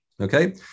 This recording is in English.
Okay